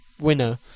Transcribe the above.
winner